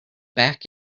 back